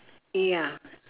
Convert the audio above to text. ya